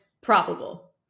probable